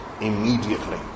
immediately